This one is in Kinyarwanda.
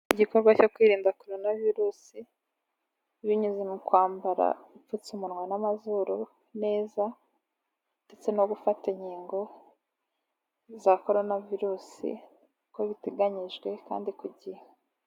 Igikorwa cyo kwirinda koronavirusi, binyuze mu kwambara upfutse umunwa n'amazuru neza, ndetse no gufata inkingo za koronavirusi, uko biteganyijwe kandi ku gihe.